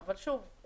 אבל שוב,